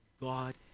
God